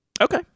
Okay